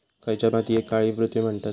खयच्या मातीयेक काळी पृथ्वी म्हणतत?